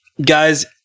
Guys